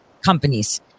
companies